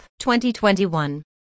2021